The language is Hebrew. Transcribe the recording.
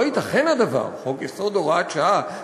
לא ייתכן הדבר, חוק-יסוד (הוראת שעה).